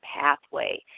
pathway